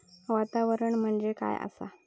वातावरण म्हणजे काय आसा?